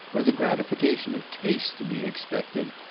or the gratification of taste to be expected,